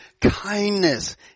kindness